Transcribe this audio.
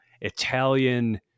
Italian